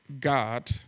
God